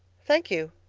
thank you,